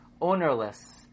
ownerless